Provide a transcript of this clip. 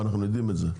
אנחנו יודעים את זה,